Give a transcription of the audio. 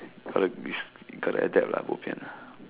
gotta this you gotta adapt lah bo pian ah